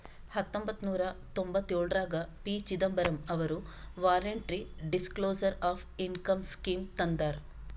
ಹತೊಂಬತ್ತ ನೂರಾ ತೊಂಭತ್ತಯೋಳ್ರಾಗ ಪಿ.ಚಿದಂಬರಂ ಅವರು voluntary disclosure of income scheme ತಂದಾರ